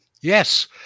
Yes